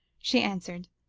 she answered.